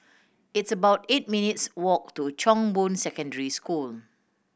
it's about eight minutes' walk to Chong Boon Secondary School